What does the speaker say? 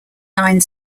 nine